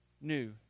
new